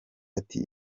ati